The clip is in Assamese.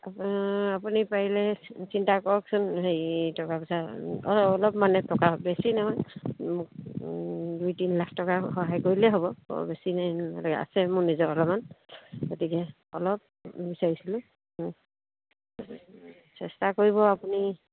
আপুনি আপুনি পাৰিলে চিন্তা কৰকচোন হেৰি টকা পইচা অঁ অলপ মানে টকা বেছি নহয় দুই তিনি লাখ টকা সহায় কৰিলেই হ'ব বৰ বেছি হেৰি কৰিব নালাগে আছে মোৰ নিজৰ অলপমান গতিকে অলপ বিচাৰিছিলোঁ অঁ চেষ্টা কৰিব আপুনি